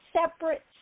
separate